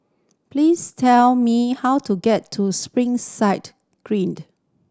please tell me how to get to Springside Green